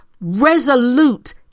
resolute